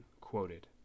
quoted